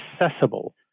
accessible